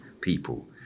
people